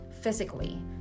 physically